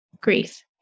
grief